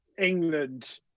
England